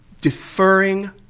deferring